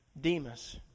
Demas